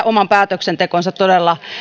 oman päätöksentekonsa todella